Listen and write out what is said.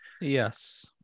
yes